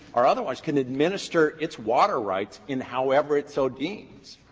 or otherwise can administer its water rights in however it so deems.